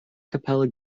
capella